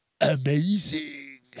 amazing